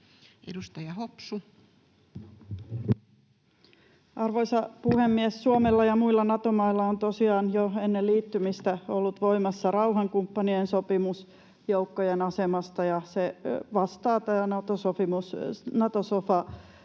Content: Arvoisa puhemies! Suomella ja muilla Nato-mailla on tosiaan jo ennen liittymistä ollut voimassa rauhankumppanien sopimus joukkojen asemasta, ja se vastaa tätä Nato-sofaa